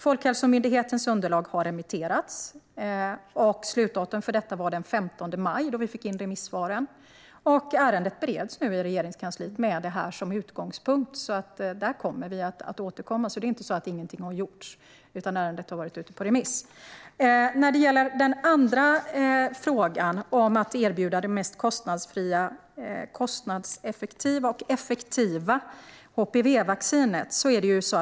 Folkhälsomyndighetens underlag har remitterats, och slutdatum var den 15 maj då vi fick in remissvaren. Ärendet bereds nu i Regeringskansliet med det som utgångspunkt. Vi kommer att återkomma. Det är alltså inte på det sättet att ingenting har gjorts. Ärendet har varit ute på remiss. Den andra frågan gäller att erbjuda det mest kostnadseffektiva och mest effektiva HPV-vaccinet.